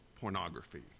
pornography